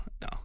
no